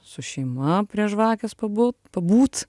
su šeima prie žvakės pabūt pabūt